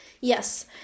Yes